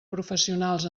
professionals